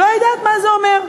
לא יודעת מה זה אומר.